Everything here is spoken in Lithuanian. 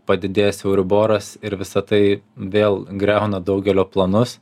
padidėjęs euriboras ir visa tai vėl griauna daugelio planus